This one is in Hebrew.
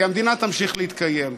כי המדינה תמשיך להתקיים.